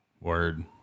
Word